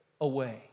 away